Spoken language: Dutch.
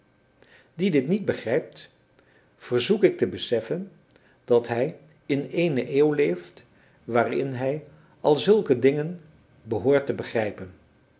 die dit niet begrijpt verzoek ik te beseffen dat hij in eene eeuw leeft waarin hij al zulke dingen behoort te begrijpen